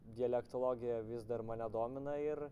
dialektologija vis dar mane domina ir